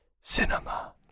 cinema